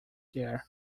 there